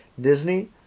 Disney